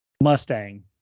Mustang